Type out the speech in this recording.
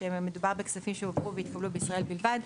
שמדובר בכספים שהועברו והתקבלו בישראל בלבד,